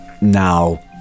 Now